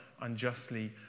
unjustly